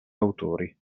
autori